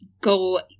go